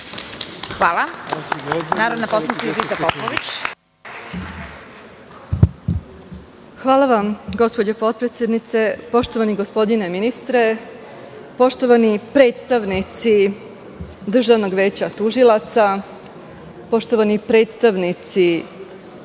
Judita Popović. Izvolite. **Judita Popović** Hvala vam, gospođo potpredsednice. Poštovani gospodine ministre, poštovani predstavnici Državnog veća tužilaca, poštovani predstavnici